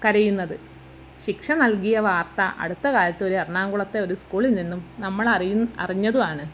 കരയുന്നത് ശിക്ഷ നൽകിയ വാർത്ത അടുത്ത കാലത്ത് ഒരു എറണാകുളത്തെ ഒരു സ്കൂളിൽ നിന്നും നമ്മൾ അറിയും അറിഞ്ഞതുമാണ്